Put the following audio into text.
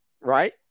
right